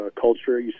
culture